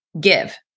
Give